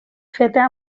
feta